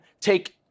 take